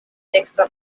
dekstra